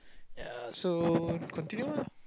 ya so continue lah